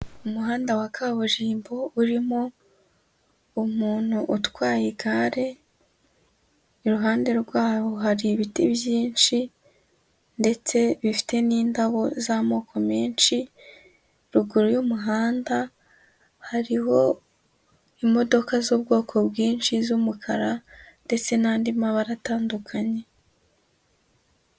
Umuhanda wa kaburimbo urimo umuntu utwaye igare iruhande rwawo hari ibiti byinshi ndetse bifite n'indabo z'amoko menshi ruguru y'umuhanda hariho imodoka z'ubwoko bwinshi z'umukara ndetse n'andi mabara atandukanye.